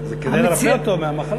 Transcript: זה כדי לרפא אותו מהמחלה.